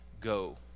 go